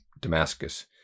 Damascus